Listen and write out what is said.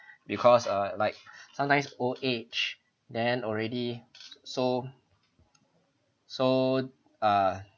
because uh like sometimes old age then already so uh